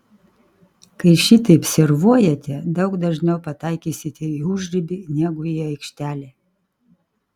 kai šitaip servuojate daug dažniau pataikysite į užribį negu į aikštelę